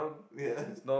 ya